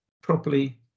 properly